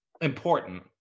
important